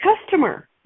customer